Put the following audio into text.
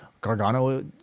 Gargano